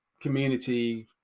community